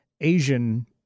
Asian